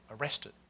arrested